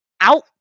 out